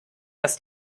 dass